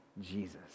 Jesus